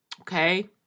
okay